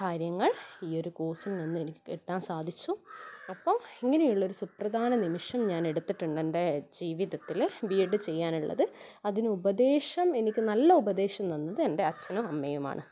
കാര്യങ്ങൾ ഈ ഒര് കോഴ്സിൽ നിന്ന് എനിക്ക് കിട്ടാൻ സാധിച്ചു അപ്പോൾ ഇങ്ങനെയുള്ള ഒരു സുപ്രധാന നിമിഷം ഞാൻ എടുത്തിട്ടുണ്ട് എൻ്റെ ജീവിതത്തില് ബി എഡ് ചെയ്യാനുള്ളത് അതിന് ഉപദേശം എനിക്ക് നല്ല ഉപദേശം തന്നത് എൻ്റെ അച്ഛനും അമ്മയുമാണ്